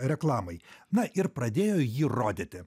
reklamai na ir pradėjo jį rodyti